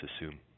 assume